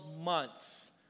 months